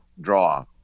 draw